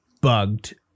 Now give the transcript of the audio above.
bugged